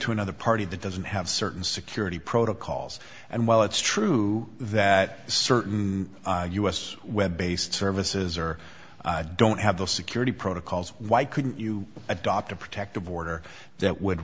to another party that doesn't have certain security protocols and while it's true that certain u s web based services are don't have the security protocols why couldn't you adopt a protective order that would